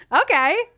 Okay